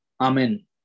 Amen